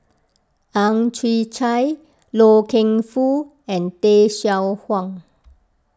Ang Chwee Chai Loy Keng Foo and Tay Seow Huah